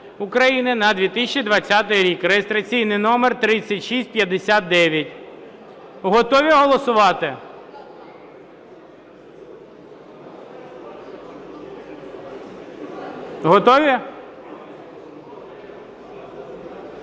України на 2020 рік" (реєстраційний номер 3659). Готові голосувати? Готові?